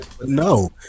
No